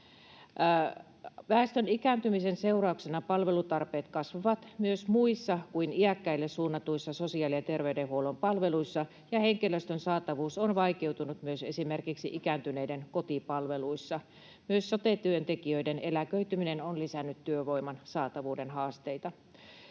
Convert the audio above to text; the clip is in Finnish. Väestön ikääntymisen seurauksena palvelutarpeet kasvavat myös muissa kuin iäkkäille suunnatuissa sosiaali- ja terveydenhuollon palveluissa, ja henkilöstön saatavuus on vaikeutunut myös esimerkiksi ikääntyneiden kotipalveluissa. Myös sote-työntekijöiden eläköityminen on lisännyt työvoiman saatavuuden haasteita.